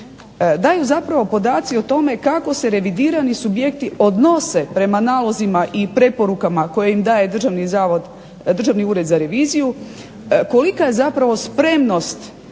daju zapravo podaci o tome kako se revidirani subjekti odnose prema preporukama koje im daje Državni ured za reviziju, kolika je spremnost